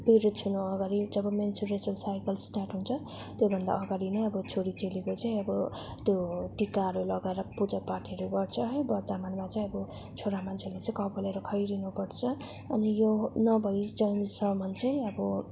periods हुनु अगाडि जब मेनसुरेसन साइकल स्टार्ट हुन्छ त्यो भन्दा अगाडि नै अब छोरी चेलीको चाहिँ अब त्यो टिकाहरू लगाएर पूजा पाठहरू गर्छ है वर्तमानमा चाहिँ अब छोरा मान्छेले चाहिँ कपालहरू खौरिनु पर्छ अनि यो नभइन्जेलसम्म चाहिँ अब